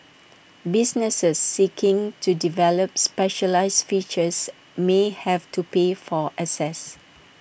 businesses seeking to develop specialised features may have to pay for access